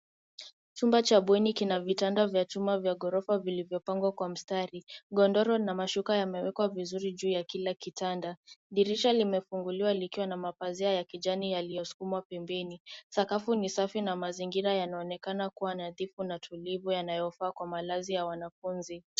Chumba cha bweni kina vitanda vya chuma vya ghorofa vilivyopangwa kwa mstari. Godoro na mashuka yamewekwa vizuri juu ya kila kitanda. Dirisha limefunguliwa likiwa na mapazia ya kijani yaliyosukumwa pembeni. Sakafu ni safi na mazingira yanaonekana kuwa nadhifu na tulivu yanayofaa kwa malazi ya wanafunzi.